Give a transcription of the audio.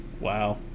Wow